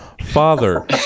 Father